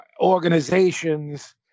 organizations